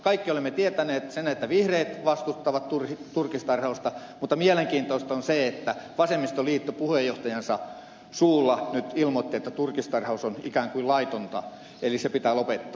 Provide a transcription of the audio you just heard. kaikki olemme tienneet sen että vihreät vastustavat turkistarhausta mutta mielenkiintoista on se että vasemmistoliitto puheenjohtajansa suulla nyt ilmoitti että turkistarhaus on ikään kuin laitonta eli se pitää lopettaa